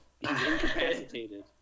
incapacitated